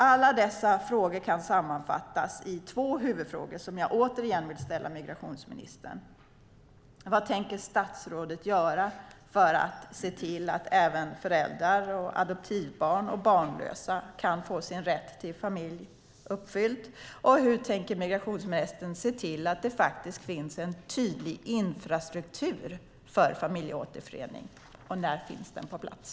Alla dessa frågor kan sammanfattas i två huvudfrågor som jag återigen vill ställa till migrationsministern: Vad tänker statsrådet göra för att se till att även föräldrar, adoptivbarn och barnlösa kan få sin rätt till familj uppfylld? Hur tänker migrationsministern se till att det finns en tydlig infrastruktur för familjeåterförening, och när finns den på plats?